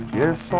yes